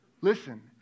Listen